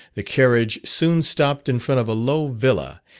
the carriage soon stopped in front of a low villa,